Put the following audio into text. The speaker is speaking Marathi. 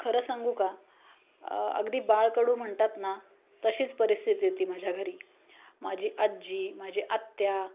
खरं सांगू का अगदी बाळकडू म्हणतात ना तशीच परिस्थिती होती माझ्या घरी माझी आजी माझी आत्या